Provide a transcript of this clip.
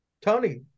Tony